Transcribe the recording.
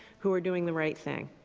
who are doing the right thing.